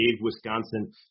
Wisconsin